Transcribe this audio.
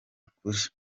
ukuri